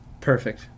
Perfect